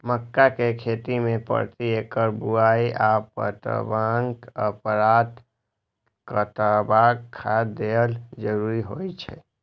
मक्का के खेती में प्रति एकड़ बुआई आ पटवनक उपरांत कतबाक खाद देयब जरुरी होय छल?